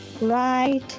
right